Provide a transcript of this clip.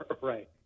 Right